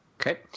Okay